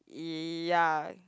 ya